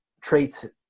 traits